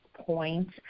point